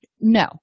No